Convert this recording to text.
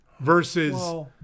versus